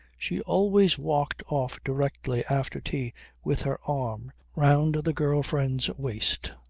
she always walked off directly after tea with her arm round the girl-friend's waist.